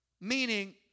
meaning